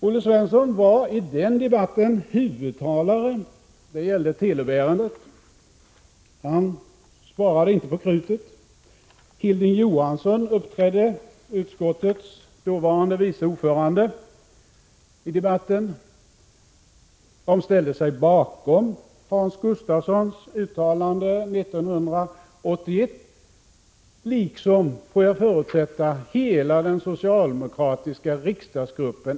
Olle Svensson var i den debatten — det gällde Telub-ärendet— huvudtalare, och han sparade inte på krutet. Även Hilding Johansson, utskottets dåvarande vice ordförande, ställde sig i debatten bakom Hans Gustafssons uttalande liksom, får jag förutsätta, hela den socialdemokratiska riksdagsgruppen.